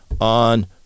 on